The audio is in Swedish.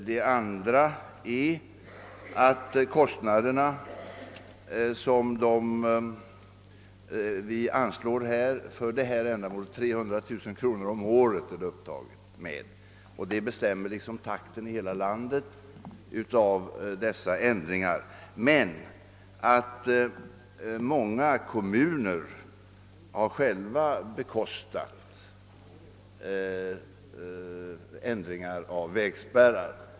Det andra är att det anslag som vi ger för detta ändamål — 300 000 kronor om året — så ait säga bestämmer takten för dessa ändringar i hela landet. Många kommuner har emellertid själva bekostat ändringar av vägspärrar.